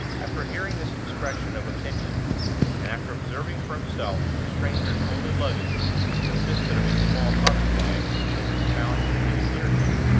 after hearing this expression of opinion, and after observing for himself that the stranger's only luggage consisted of a small carpet-bag which had been found in the field near him,